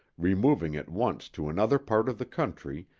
removing at once to another part of the country,